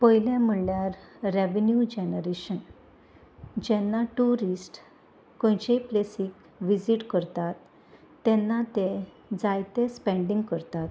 पयलें म्हणल्यार revenue generation जेन्ना ट्युरिस्ट खंयचेय प्लेसीक विजीट करतात तेन्ना ते जायते स्पेंडींग करतात